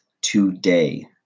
today